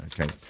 Okay